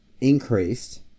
increased